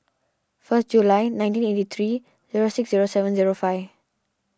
first July nineteen eight three zero six zero seven zero five